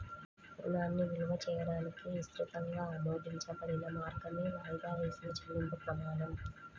రుణాన్ని విలువ చేయడానికి విస్తృతంగా ఆమోదించబడిన మార్గమే వాయిదా వేసిన చెల్లింపు ప్రమాణం